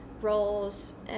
roles